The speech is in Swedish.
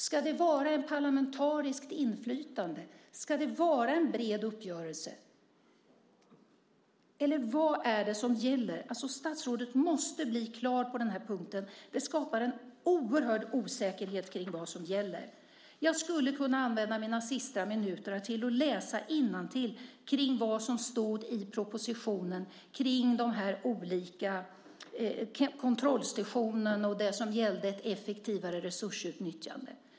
Ska det vara ett parlamentariskt inflytande? Ska det vara en bred uppgörelse? Eller vad är det som gäller? Statsrådet måste bli klar på den här punkten. Detta skapar en oerhört stor osäkerhet om vad som gäller. Jag skulle kunna använda mina sista minuter till att läsa innantill vad som stod i propositionen om dessa olika kontrollstationer och det som gällde ett effektivare resursutnyttjande.